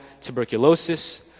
tuberculosis